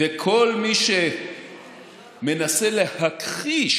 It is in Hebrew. וכל מי שמנסה להכחיש